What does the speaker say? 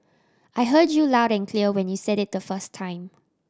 I heard you loud and clear when you said it the first time